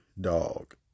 dog